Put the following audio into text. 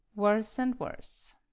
worse and worse.